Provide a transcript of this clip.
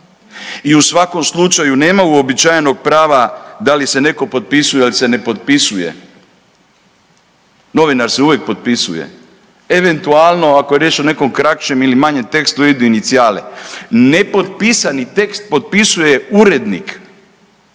I u svakom slučaju nema uobičajenog prava da li se netko potpisuje ili se ne potpisuje, novinar se uvijek potpisuje, eventualno ako je riječ o nekom kraćem ili manjem tekstu idu inicijali. Nepotpisani tekst potpisuje urednik.